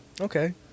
Okay